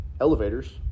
elevators